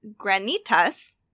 granitas